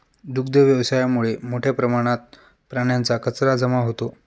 दुग्ध व्यवसायामुळे मोठ्या प्रमाणात प्राण्यांचा कचरा जमा होतो